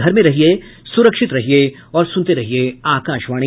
घर में रहिये सुरक्षित रहिये और सुनते रहिये आकाशवाणी